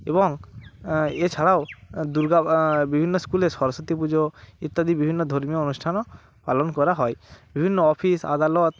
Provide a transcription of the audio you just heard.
এবং এছাড়াও দুর্গা বিভিন্ন স্কুলে সরস্বতী পুজো ইত্যাদি বিভিন্ন ধর্মীয় অনুষ্ঠানও পালন করা হয় বিভিন্ন অফিস আদালত